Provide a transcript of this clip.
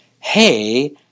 Hey